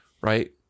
right